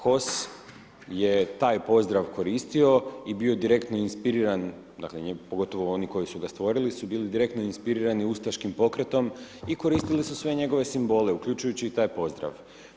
HOS je taj pozdrav koristio i bio je direktno inspiriran, dakle, pogotovo oni koji su ga stvorili su bili direktno inspirirani ustaškim pokretom i koristili su sve njegove simbole, uključujući i taj pozdrav.